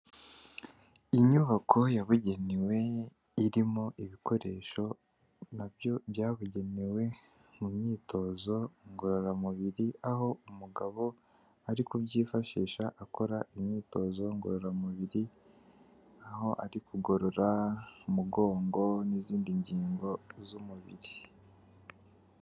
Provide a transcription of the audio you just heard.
Inyubako yabugenewe irimo ibikoresho nabyo byabugenewe mu myitozo ngororamubiri, aho umugabo ari kubyifashisha akora imyitozo ngororamubiri, aho ari kugorora umugongo n'izindi ngingo z'umubiri.